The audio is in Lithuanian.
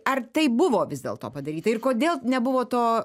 ar tai buvo vis dėlto padaryta ir kodėl nebuvo to